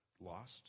lost